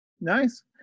Nice